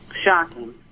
shocking